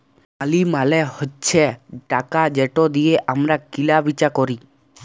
মালি মালে হছে টাকা যেট দিঁয়ে আমরা কিলা বিচা ক্যরি